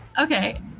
Okay